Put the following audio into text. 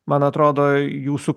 man atrodo jūsų